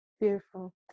Beautiful